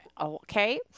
Okay